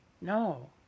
No